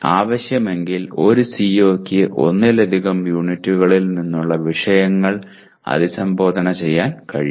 ആവശ്യമെങ്കിൽ ഒരു CO യ്ക്ക് ഒന്നിലധികം യൂണിറ്റുകളിൽ നിന്നുള്ള വിഷയങ്ങൾ അഭിസംബോധന ചെയ്യാൻ കഴിയും